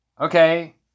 Okay